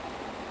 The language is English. ya